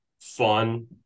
fun